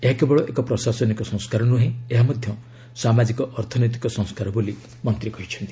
ଏହା କେବଳ ଏକ ପ୍ରଶାସନିକ ସଂସ୍କାର ନୁହେଁ ଏହା ମଧ୍ୟ ସାମାଜିକ ଅର୍ଥନୈତିକ ସଂସ୍କାର ବୋଲି ମନ୍ତ୍ରୀ କହିଛନ୍ତି